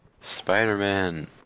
Spider-Man